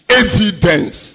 evidence